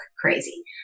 crazy